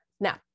Now